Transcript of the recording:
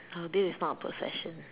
uh this is not a possession